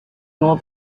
nor